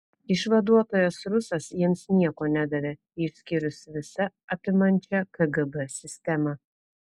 išvaduotojas rusas jiems nieko nedavė išskyrus visa apimančią kgb sistemą